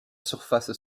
surface